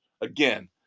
again